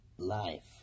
Life